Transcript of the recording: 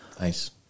Nice